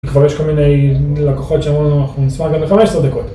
כבר יש כל מיני לקוחות שאמרנו, אנחנו נשמח גם בחמש עשרה דקות.